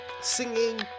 singing